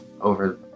over